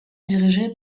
dirigé